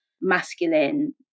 masculine